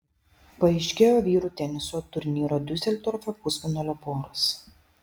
paaiškėjo vyrų teniso turnyro diuseldorfe pusfinalio poros